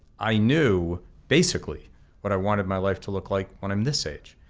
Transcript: i knew basically what i wanted my life to look like when i'm this age,